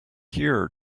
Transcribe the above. here